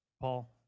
Paul